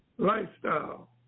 Lifestyle